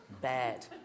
bad